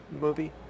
movie